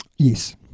Yes